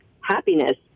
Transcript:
happiness